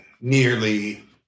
nearly